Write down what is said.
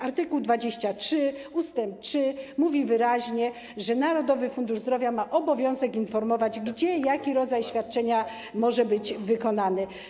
Art. 23 ust. 3 mówi wyraźnie, że Narodowy Fundusz Zdrowia ma obowiązek informować, gdzie dany rodzaj świadczenia może być wykonany.